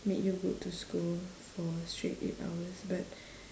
make you go to school for straight eight hours but